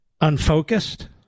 unfocused